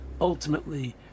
ultimately